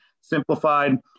Simplified